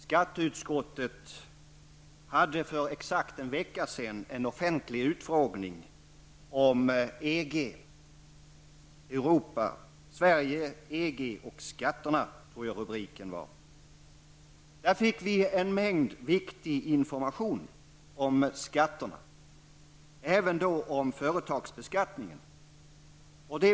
Skatteutskottet hade för exakt en vecka sedan en offentlig utfrågning om EG med rubriken Sverige, EG och skatterna. Där fick vi en mängd viktig information om skatterna, även om företagsbeskattningen.